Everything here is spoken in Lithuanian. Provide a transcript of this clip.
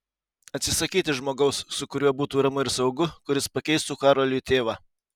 atsisakyti žmogaus su kuriuo būtų ramu ir saugu kuris pakeistų karoliui tėvą